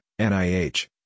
nih